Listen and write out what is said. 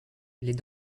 les